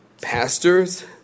Pastors